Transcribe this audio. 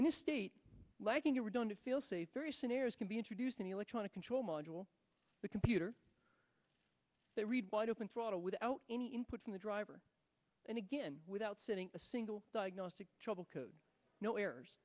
a state like you were done to feel safe three scenarios can be introduced in the electronic control module the computer they read wide open throttle without any input from the driver and again without setting a single diagnostic trouble codes no errors